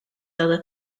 other